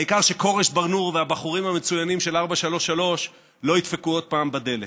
העיקר שכורש ברנור והבחורים המצוינים של 433 לא ידפקו עוד פעם בדלת.